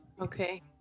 Okay